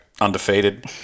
undefeated